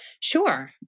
Sure